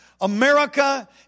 America